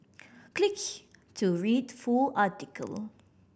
click to read full article